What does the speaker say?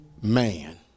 man